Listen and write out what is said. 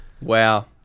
Wow